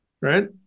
Right